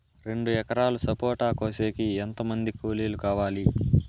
రెండు ఎకరాలు సపోట కోసేకి ఎంత మంది కూలీలు కావాలి?